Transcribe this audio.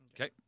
Okay